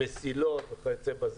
המסילות וכיו"ב,